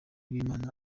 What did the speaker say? b’imana